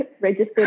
registered